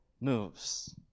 moves